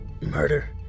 murder